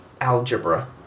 algebra